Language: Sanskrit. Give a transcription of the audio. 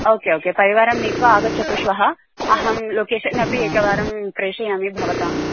ओके ओके परिवारं नीत्वा आगच्छतु श्वः अहं लोकेशन् अपि एकवारं प्रेषयामि भवते